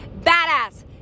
badass